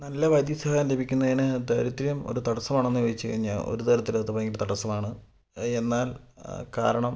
നല്ല വൈദ്യ സഹായം ലഭിക്കുന്നതിന് ദാരിദ്ര്യം ഒര് തടസ്സമാണോ എന്ന് ചോദിച്ചു കഴിഞ്ഞാൽ ഒര് തരത്തിൽ അത് ഭയങ്കര തടസ്സമാണ് എന്നാൽ ആ കാരണം